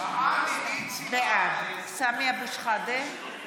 בעד סמי אבו שחאדה,